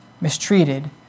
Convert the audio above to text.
mistreated